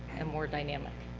and more dynamic.